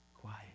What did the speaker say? Quiet